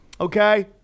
Okay